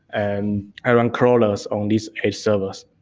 and i run crawlers on these eight servers.